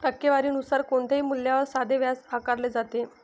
टक्केवारी नुसार कोणत्याही मूल्यावर साधे व्याज आकारले जाते